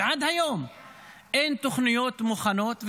ועד היום אין תוכניות מוכנות.